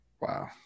Wow